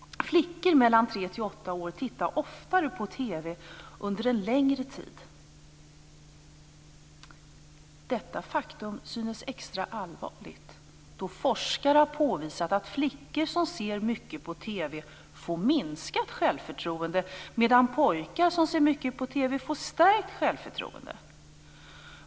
Flickor mellan tre och åtta år tittar oftare på TV under en längre tid. Detta faktum synes extra allvarligt då forskare har påvisat att flickor som ser mycket på TV får minskat självförtroende, medan pojkar som ser mycket på TV får stärkt självförtroende.